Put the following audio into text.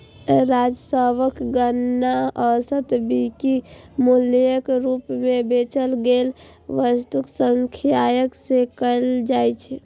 राजस्वक गणना औसत बिक्री मूल्यक रूप मे बेचल गेल वस्तुक संख्याक सं कैल जाइ छै